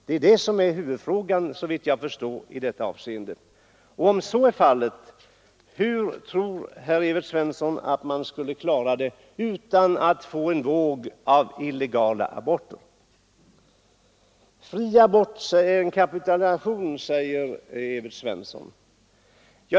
Det är huvudfrågan i detta avseende, såvitt jag förstår. Och om så är fallet, hur tror herr Evert Svensson att man skulle klara detta utan att få en våg av illegala aborter? Fri abort är en kapitulation, säger herr Evert Svensson.